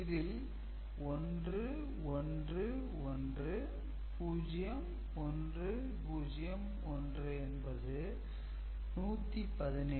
இதில் 1 1 1 0 1 0 1 என்பது 117